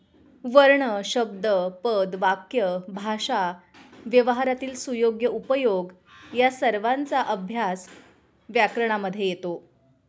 वर्ण शब्द पद वाक्य भाषा व्यवहारातील सुयोग्य उपयोग या सर्वांचा अभ्यास व्याकरणामध्ये येतो